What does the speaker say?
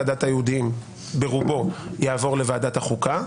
הדת היהודיים ברובו יעבור לוועדת החוקה,